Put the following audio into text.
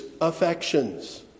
affections